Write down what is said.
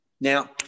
Now